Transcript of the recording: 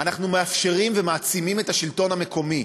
אנחנו מאפשרים ומעצימים את השלטון המקומי.